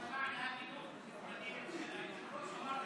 למען ההגינות, מכובדי היושב-ראש אמר,